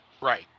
Right